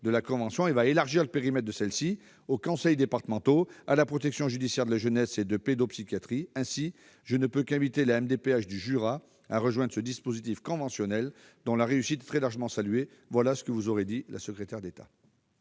de la convention et élargira le périmètre de celle-ci aux conseils départementaux, à la protection judiciaire de la jeunesse et à la pédopsychiatrie. Aussi, je ne peux qu'inviter la MDPH du Jura à rejoindre ce dispositif conventionnel, dont la réussite est très largement saluée. Telle est, madame la sénatrice, la